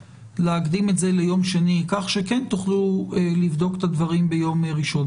להקדים את זה ליום שני כך שכן תוכלו לבדוק את הדברים ביום ראשון.